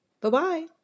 Bye-bye